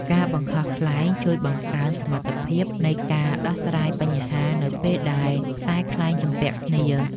ការបង្ហោះខ្លែងជួយបង្កើនសមត្ថភាពនៃការដោះស្រាយបញ្ហានៅពេលដែលខ្សែខ្លែងជំពាក់គ្នា។